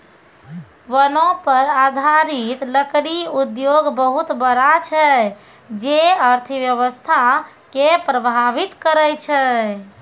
वनो पर आधारित लकड़ी उद्योग बहुत बड़ा छै जे अर्थव्यवस्था के प्रभावित करै छै